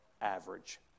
average